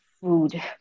food